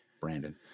Brandon